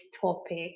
topic